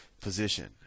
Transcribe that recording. position